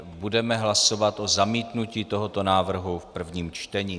Budeme hlasovat o zamítnutí tohoto návrhu v prvním čtení.